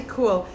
Cool